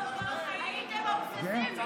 הייתם אובססיביים.